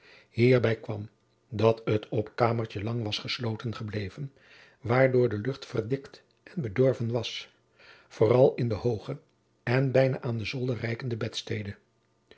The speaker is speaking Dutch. hierbij kwam dat het opkamertje lang was gesloten gebleven waardoor de lucht verdikt en bedorven was vooral in de hooge en bijna aan den zolder reikende bedstede